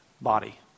body